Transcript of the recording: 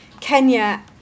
Kenya